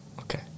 Okay